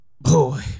boy